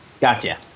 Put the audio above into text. gotcha